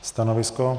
Stanovisko?